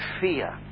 fear